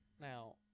Now